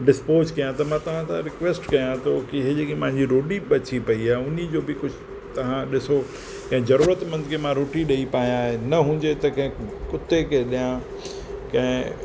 dispose कयां त मां तव्हां सां रिक्वेस्ट कयां थो कि ही मां जेकि रोटी बची पयी आहे उन्ही जो बि कुझु तव्हां ॾिसो ऐं ज़रूरत मंदि खे मां रोटी ॾई पायां न हुजे त कंहिं कुते के ॾियां कंहिं